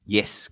Yes